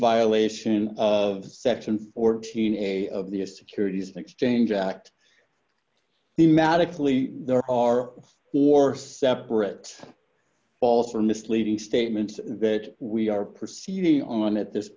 violation of section fourteen a of the a securities and exchange act the magically there are four separate false or misleading statements that we are proceeding on at this